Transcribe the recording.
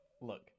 look